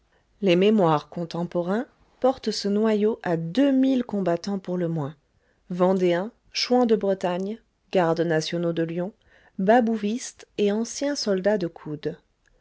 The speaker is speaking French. les mémoires contemporains portent ce noyau à deux mille combattants pour le moins vendéens chouans de bretagne gardes nationaux de lyon babouvistes et anciens soldats de coudé